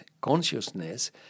consciousness